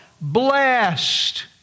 Blessed